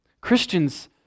Christians